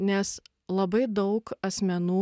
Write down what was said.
nes labai daug asmenų